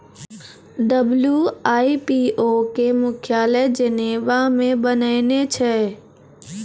WIPO के मुख्यालय Geneva मे बनैने छै